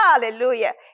Hallelujah